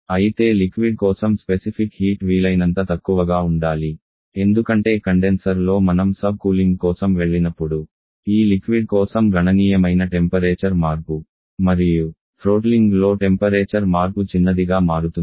అయితే లిక్విడ్ కోసం specific heat వీలైనంత తక్కువగా ఉండాలి ఎందుకంటే కండెన్సర్లో మనం సబ్కూలింగ్ కోసం వెళ్ళినప్పుడు ఈ లిక్విడ్ కోసం గణనీయమైన టెంపరేచర్ మార్పు మరియు థ్రోట్లింగ్లో టెంపరేచర్ మార్పు చిన్నదిగా మారుతుంది